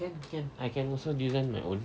can can I can also design my own